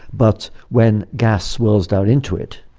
but when gas swirls down into it,